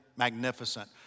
magnificent